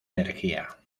energía